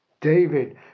David